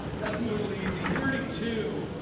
that's no easy thirty two.